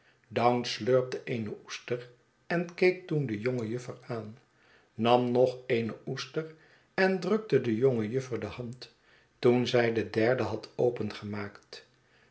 slurpte eene oester en keek toen de jonge juffer aan nam nog eene oester en drukte de jongejuffer de hand toen zij de derde had opengemaakt